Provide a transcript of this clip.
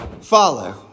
follow